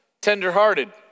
tenderhearted